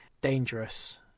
dangerous